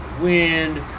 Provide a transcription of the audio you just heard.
wind